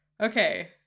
Okay